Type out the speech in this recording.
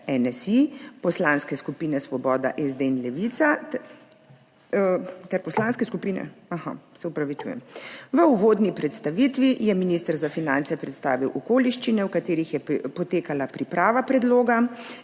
poslanske skupine SDS, NSi, Svoboda, SD in Levica. V uvodni predstavitvi je minister za finance predstavil okoliščine, v katerih je potekala priprava predloga.